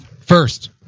First